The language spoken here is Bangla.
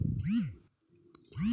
বীমা কয় প্রকার কি কি?